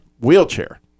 wheelchair